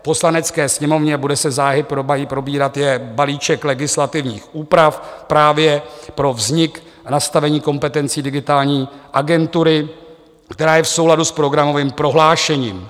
V Poslanecké sněmovně, bude se záhy probírat, je balíček legislativních úprav právě pro vznik a nastavení kompetencí digitální agentury, která je v souladu s programovým prohlášením.